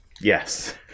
Yes